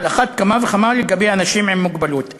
ועל אחת כמה וכמה לגבי אנשים עם מוגבלות,